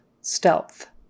stealth